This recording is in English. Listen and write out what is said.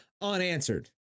unanswered